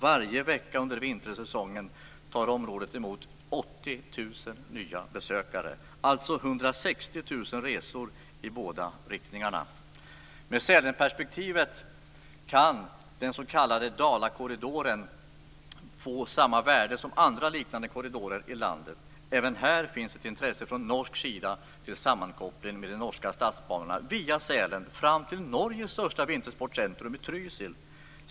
Varje vecka under vintersäsongen tar området emot 80 000 nya besökare. Sälenperspektivet kan den s.k. Dalakorridoren få samma värde som andra, liknande korridorer i landet. Även här finns ett intresse från norsk sida för en sammankoppling med Norska Statsbanorna via Sälen fram till Norges största vintersportcentrum i Trysil.